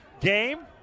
game